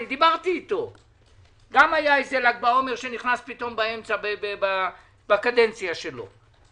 גם היה איזה ל"ג בעומר שנכנס פתאום באמצע בקדנציה שלו.